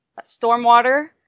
stormwater